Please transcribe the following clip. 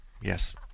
Yes